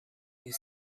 his